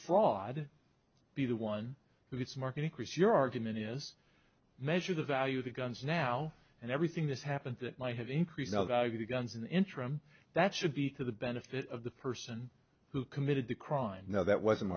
fraud be the one who gets market increase your argument is measure the value of the guns now and everything that's happened that might have increased the value to guns in the interim that should be to the benefit of the person who committed the crime no that wasn't